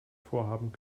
vorhaben